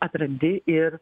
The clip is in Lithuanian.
atrandi ir